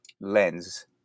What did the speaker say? lens